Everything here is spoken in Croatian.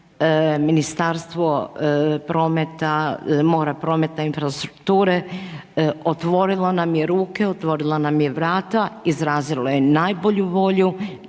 Ministrstvo mora, prometa i infrastrukture otvorilo nam je ruke, otvorilo nam je vrata, izrazilo je najbolju volju